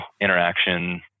interaction